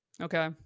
Okay